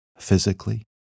physically